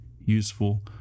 useful